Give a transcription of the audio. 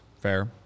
Fair